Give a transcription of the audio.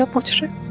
ah what should